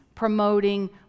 promoting